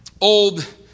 old